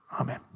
amen